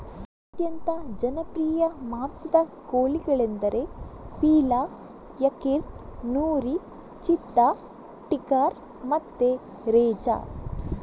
ಅತ್ಯಂತ ಜನಪ್ರಿಯ ಮಾಂಸದ ಕೋಳಿಗಳೆಂದರೆ ಪೀಲಾ, ಯಾರ್ಕಿನ್, ನೂರಿ, ಚಿತ್ತಾ, ಟೀಕರ್ ಮತ್ತೆ ರೆಜಾ